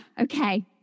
okay